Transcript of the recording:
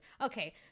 Okay